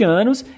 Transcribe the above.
anos